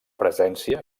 presència